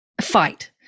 fight